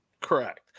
Correct